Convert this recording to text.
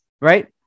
right